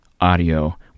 audio